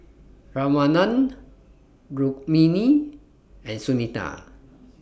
Ramanand Rukmini and Sunita